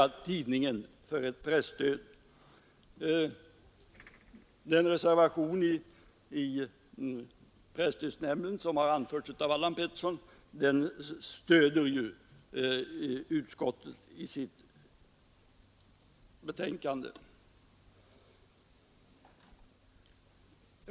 Utskottet stöder genom sitt nu framlagda betänkande den reservation i presstödsnämnden som där anförts av herr Allan Pettersson i detta avseende.